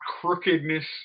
crookedness